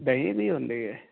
ਦਹੀ ਵੀ ਹੁੰਦੀ ਆ